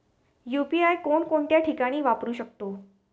UPI कोणकोणत्या ठिकाणी वापरू शकतो?